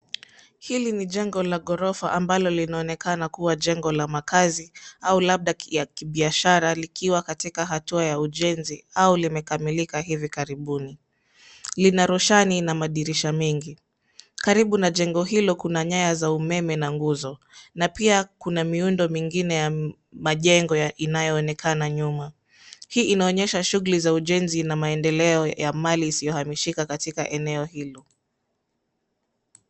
Hili ni jengo la ghorofa, ambalo linaonekana kua jengo la makazi au labda ya kibiashara, likiwa katika hatua ya ujenzi au limekamilika hivi karibuni. Lina roshani na madirisha mengi. Karibu na jengo hilo, kuna nyaya za umeme na nguzo, na pia kuna miundo mingine ya majengo inayoonekana nyuma. Hii inaonyesha shughuli za ujenzi na maendeleo ya mali isiyohamishika katika eneo hilo.